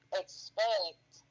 expect